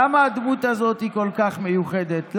למה הדמות הזאת כל כך מיוחדת?